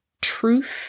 Truth